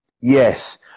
yes